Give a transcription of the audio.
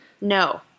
No